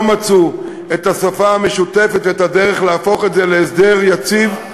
מצאו את השפה המשותפת ואת הדרך להפוך את זה להסדר יציב,